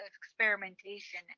experimentation